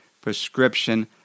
prescription